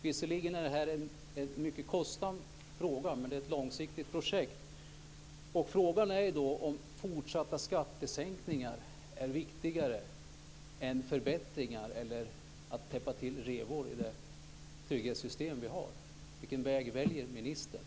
Visserligen är det här en mycket kostsam fråga, men det gäller ett långsiktigt projekt. Frågan är om fortsatta skattesänkningar är viktigare än att täppa till revor i det trygghetssystem som vi har. Vilken väg väljer statsministern?